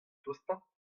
tostañ